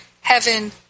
heaven